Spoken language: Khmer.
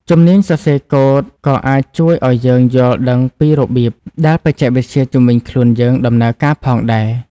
ជំនាញសរសេរកូដក៏អាចជួយឱ្យយើងយល់ដឹងពីរបៀបដែលបច្ចេកវិទ្យាជុំវិញខ្លួនយើងដំណើរការផងដែរ។